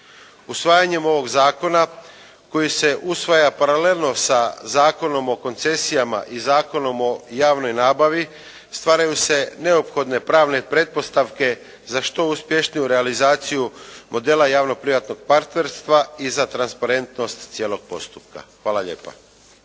Usvajanjem ovog zakona koji se usvaja paralelno sa Zakonom o koncesijama i Zakonom o javnoj nabavi stvaraju se neophodne pravne pretpostavke za što uspješniju realizaciju modela javno-privatnog partnerstva i za transparentnost cijelog postupka. Hvala lijepa.